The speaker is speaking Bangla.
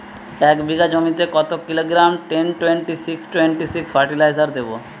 এক বিঘা জমিতে কত kilogram ten twenty six twenty six fertiliser দেবো?